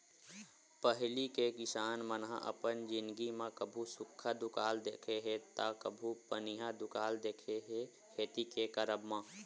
पहिली के किसान मन ह अपन जिनगी म कभू सुक्खा दुकाल देखे हे ता कभू पनिहा दुकाल देखे हे खेती के करब म